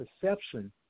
perception